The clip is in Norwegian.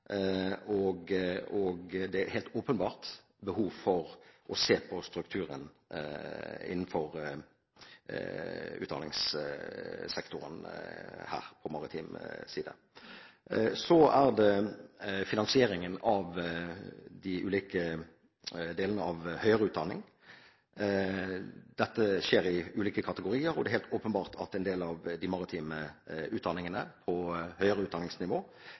helt åpenbart behov for å se på strukturen innenfor utdanningssektoren på maritim side. Så er det finansieringen av de ulike delene av høyere utdanning. Dette skjer i ulike kategorier, og det er helt åpenbart at en del av de maritime utdanningene på høyere utdanningsnivå